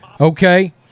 Okay